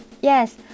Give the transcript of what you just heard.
Yes